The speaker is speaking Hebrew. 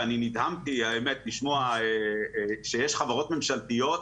ואני נדהמתי לשמוע שיש חברות ממשלתיות,